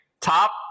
top